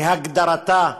בהגדרתה,